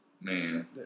Man